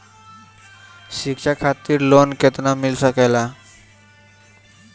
शिक्षा खातिर ऋण केतना मिल सकेला?